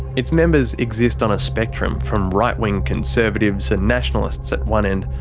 its members exist on a spectrum from right-wing conservatives and nationalists at one end,